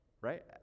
Right